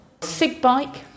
SIGBIKE